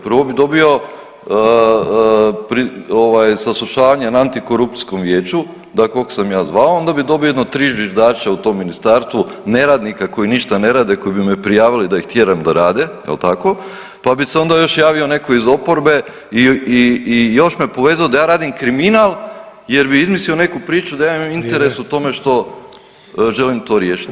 Prvo bi dobio saslušanje na antikorupcijskom vijeću da kog sam ja zvao, onda bi dobio jedno 3 zviždača u tom ministarstvu, neradnika koji ništa ne rade koji bi me prijavili da ih tjeram da rade jel tako, pa bi se onda još javio netko iz oporbe i još me povezao da ja radim kriminal jer bi izmislio neku priču da ja imam [[Upadica: Vrijeme.]] interes u tome što želim to riješiti.